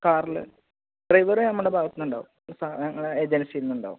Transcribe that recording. കാറില് ഡ്രൈവര് നമ്മുടെ ഭാഗത്തുനിന്നുണ്ടാകും ഞങ്ങളുടെ ഏജൻസിയിൽ നിന്നുണ്ടാകും